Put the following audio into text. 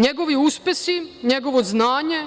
NJegovi uspesi, njegovo znanje